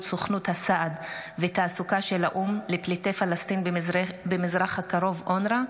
סוכנות הסעד והתעסוקה של האו"ם לפליטי פלסטין במזרח הקרוב (אונר"א),